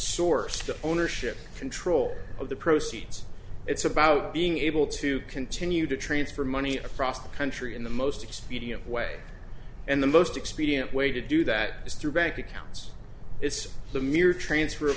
the ownership control of the proceeds it's about being able to continue to transfer money across the country in the most expedient way and the most expedient way to do that is through bank accounts it's the mere transfer